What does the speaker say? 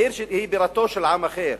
עיר שהיא בירתו של עם אחר,